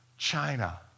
China